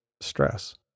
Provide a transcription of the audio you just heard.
stress